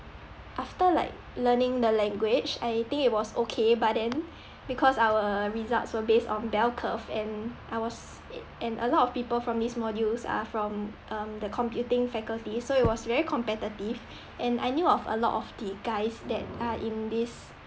after like learning the language I think it was okay but then because our results were based on bell curve and I was and a lot of people from these modules are from um the computing faculty so it was very competitive and I knew of a lot of the guys that are in this